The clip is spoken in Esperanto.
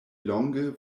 longe